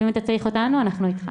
אם אתה צריך אותנו, אנחנו איתך.